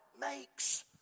makes